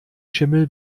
schimmel